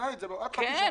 ננעל את זה עד חצי שנה.